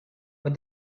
but